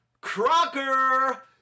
Crocker